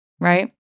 right